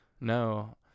No